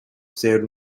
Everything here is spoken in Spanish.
ser